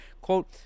Quote